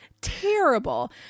terrible